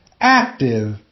active